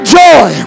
joy